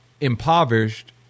impoverished